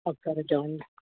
ఒకసారి ఇటు ఇవ్వండి